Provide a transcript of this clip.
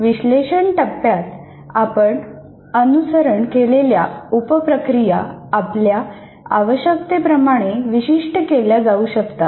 विश्लेषण टप्प्यात आपण अनुसरण केलेल्या उप प्रक्रिया आपल्या आवश्यकतेप्रमाणे विशिष्ट केल्या जाऊ शकतात